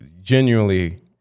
genuinely